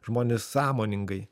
žmonės sąmoningai